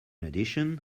addition